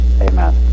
Amen